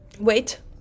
Wait